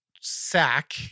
sack